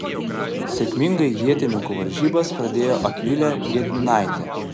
sėkmingai ietininkių varžybas pradėjo akvilė gedminaitė